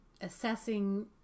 assessing